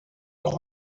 noch